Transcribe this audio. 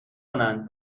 کنند